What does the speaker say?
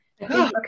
Okay